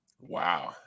Wow